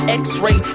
x-ray